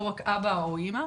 לא רק אבא או אמא,